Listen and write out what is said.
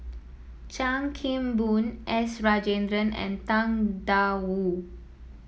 Chan Kim Boon S Rajendran and Tang Da Wu